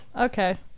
Okay